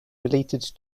related